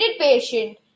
patient